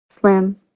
slim